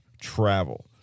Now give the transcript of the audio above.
travel